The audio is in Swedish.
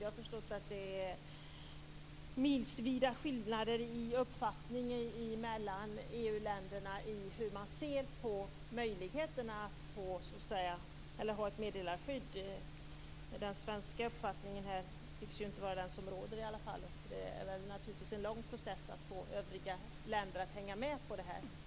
Jag har förstått att det är milsvida skillnader i uppfattning emellan EU länderna i hur man ser på möjligheten att få ett meddelarskydd. Den svenska uppfattningen tycks ju inte vara den som råder i alla fall, och det är väl naturligtvis en lång process att få övriga länder att hänga med på det här.